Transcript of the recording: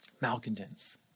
Malcontents